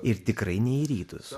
ir tikrai ne į rytus